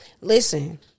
Listen